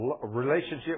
relationship